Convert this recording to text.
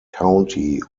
county